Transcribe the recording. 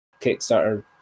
Kickstarter